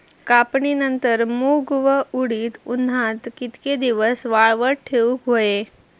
कापणीनंतर मूग व उडीद उन्हात कितके दिवस वाळवत ठेवूक व्हये?